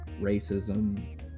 racism